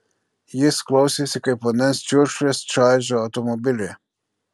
jis klausėsi kaip vandens čiurkšlės čaižo automobilį